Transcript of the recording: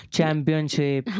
Championship